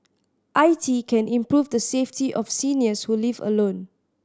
I T can improve the safety of seniors who live alone